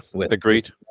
Agreed